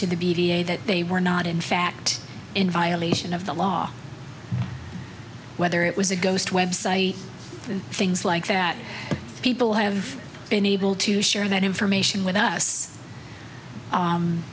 a that they were not in fact in violation of the law whether it was a ghost website and things like that people have been able to share that information with us